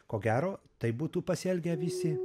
ko gero taip būtų pasielgę visi